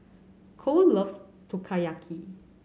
Kole loves Takoyaki